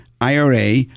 IRA